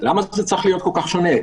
למה זה צריך להיות כל כך שונה.